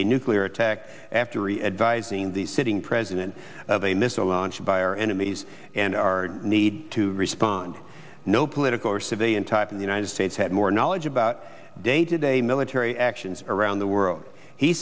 a nuclear attack after e advising the sitting president of a missile launch by our enemies and our need to respond no political or civilian type of united states had more knowledge about day to day military actions around the world he